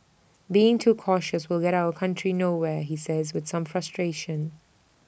being too cautious will get our country nowhere he says with some frustration